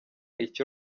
icyo